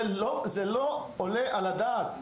זה לא עולה על הדעת,